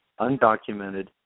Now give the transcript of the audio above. undocumented